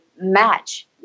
match